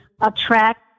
attract